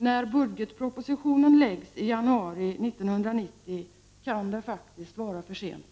När budgetpropositionen läggs fram i januari 1990 kan det vara för sent.